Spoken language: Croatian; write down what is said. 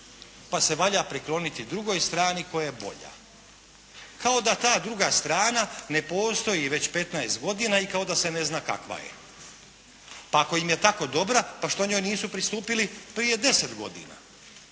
Pa se valja prikloniti drugoj strani koja je bolja. Kao da ta druga strana ne postoji već 15 godina i kao da se ne zna kakva je. Pa ako im je tako dobra, pa što njoj nisu pristupili prije 10 godina.